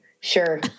sure